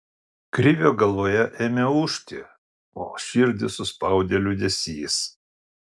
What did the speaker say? krivio galvoje ėmė ūžti o širdį suspaudė liūdesys